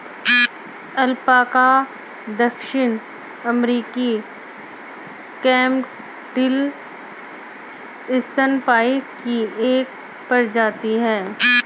alpaca दक्षिण अमेरिकी camelid स्तनपायी की एक प्रजाति है